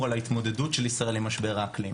על ההתמודדות של ישראל עם משבר האקלים.